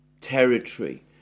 territory